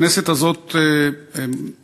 הכנסת הזאת צריכה,